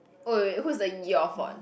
oh wait wait who is the your fault